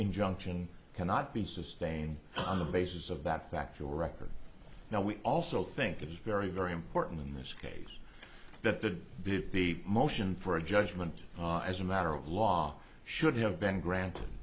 injunction cannot be sustained on the basis of that factual record now we also think it is very very important in this case that the be the motion for a judgment as a matter of law should have been granted